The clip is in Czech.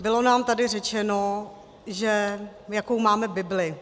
Bylo nám tady řečeno, že jakou máme bibli.